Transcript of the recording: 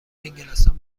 انگلستان